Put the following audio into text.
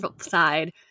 side